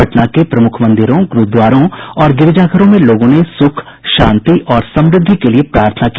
पटना के प्रमुख मंदिरों गुरुद्वारों और गिरजाघरों में लोगों ने सुख शांति और समुद्वि के लिए प्रार्थना की